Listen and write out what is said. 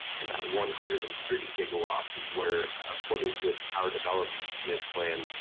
and that one hundred and thirty gigawatts is where, according to its power development plan,